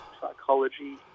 psychology